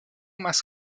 más